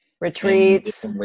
retreats